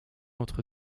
entre